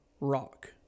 rock